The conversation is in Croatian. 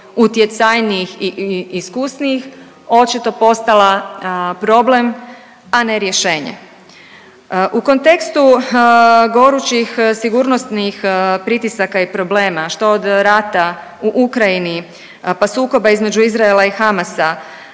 utjecajnijih i iskusnijih, očito postala problem, a ne rješenje. U kontekstu gorućih sigurnosnih pritisaka i problema, što od rata u Ukrajini, pa sukoba između Izraela i Hamasa,